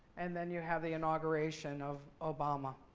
and then, you have the inauguration of obama.